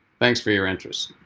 thanks for your interest.